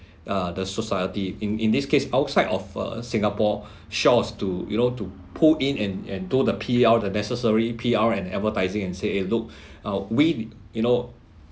uh the society in this case outside of a singapore shores to you know to put in and and do the P_R the necessary P_R and advertising and say look uh we you know